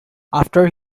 after